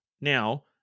Now